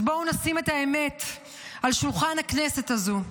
אז בואו נשים את האמת על שולחן הכנסת הזאת.